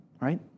right